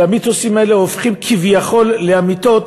והמיתוסים האלה הופכים כביכול לאמיתות,